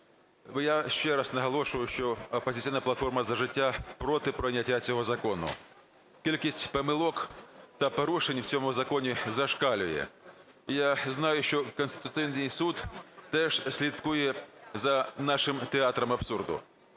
Я ще раз наголошую, що "Опозиційна платформа – За життя" проти прийняття цього закону. Кількість помилок та порушень у цьому законі зашкалює. Я знаю, що Конституційний Суд теж слідкує за нашим театром абсурду,